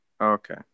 okay